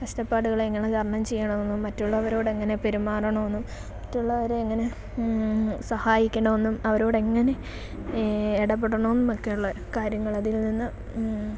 കഷ്ടപ്പാടുകളെ എങ്ങനെ തരണം ചെയ്യണമെന്നും മറ്റുള്ളവരോടെങ്ങനെ പേരുമാറണമെന്നും മറ്റുള്ളവരെ എങ്ങനെ സഹായിക്കണമെന്നും അവരോടെങ്ങനെ ഇടപെടണമെന്നൊക്കെയുള്ള കാര്യങ്ങളതിൽ നിന്ന്